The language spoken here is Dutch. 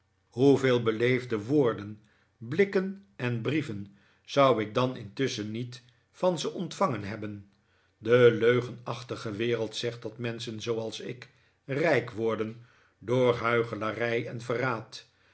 hoeveel beleefde woorden blikken en brieven zou ik dan intusschen niet van ze ontvangen hebben de leugenachtige wereld zegt dat menschen zooals ik rijk worden door huichelarij en verraad